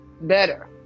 better